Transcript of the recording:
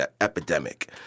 epidemic